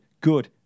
good